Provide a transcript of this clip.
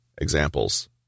Examples